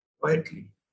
Quietly